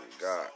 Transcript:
God